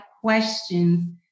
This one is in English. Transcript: questions